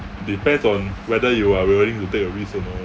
depends on whether you are willing to take a risk or not